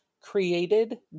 created